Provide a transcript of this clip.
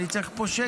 אני צריך פה שקט.